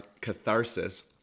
catharsis